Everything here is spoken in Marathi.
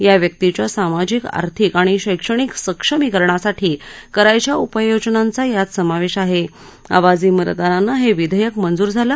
या व्यक्तींच्या सामाजिक आर्थिक आणि शैक्षणिक सक्षमीकरणासाठी करायच्या उपाययोजनांचा यात समावध्या आहा आवाजी मतदानानं हा प्रिध्यक्त मंजूर झालं